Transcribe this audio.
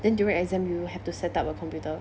then during exam you have to set up a computer